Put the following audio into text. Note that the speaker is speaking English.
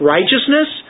Righteousness